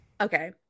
Okay